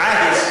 חי?